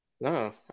No